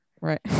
Right